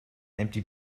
empty